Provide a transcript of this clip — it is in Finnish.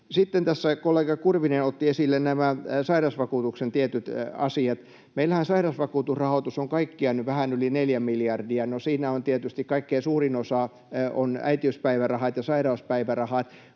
Sitten tässä kollega Kurvinen otti esille nämä sairausvakuutuksen tietyt asiat. Meillähän sairausvakuutusrahoitus on kaikkiaan vähän yli neljä miljardia. No siinä tietysti kaikkein suurin osa ovat äitiyspäivärahat ja sairauspäivärahat,